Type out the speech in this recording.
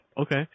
Okay